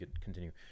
continue